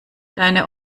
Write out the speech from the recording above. deine